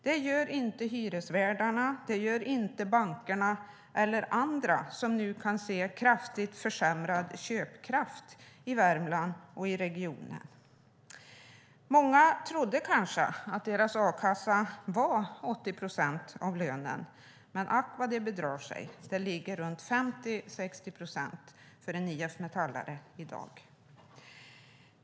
Det gör inte hyresvärdarna och det gör inte bankerna eller andra som nu kan se kraftigt försämrad köpkraft i Värmland och regionen. Många trodde kanske att deras a-kassa var 80 procent av lönen. Men ack vad de bedrog sig. Den ligger runt 50-60 procent för en IF-metallare i dag.